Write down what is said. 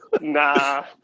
Nah